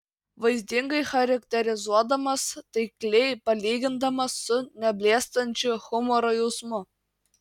vaizdingai charakterizuodamas taikliai palygindamas su neblėstančiu humoro jausmu